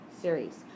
Series